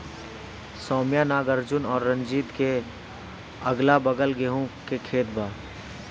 सौम्या नागार्जुन और रंजीत के अगलाबगल गेंहू के खेत बा